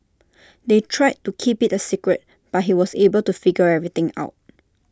they tried to keep IT A secret but he was able to figure everything out